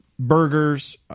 Burgers